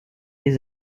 les